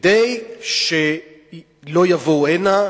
כדי שלא יבואו הנה,